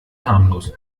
harmlos